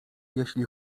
jeśli